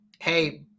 hey